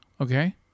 okay